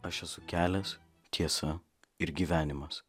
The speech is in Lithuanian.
aš esu kelias tiesa ir gyvenimas